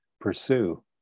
pursue